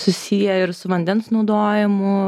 susiję ir su vandens naudojimu